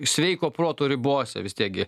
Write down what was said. sveiko proto ribose vis tiek gi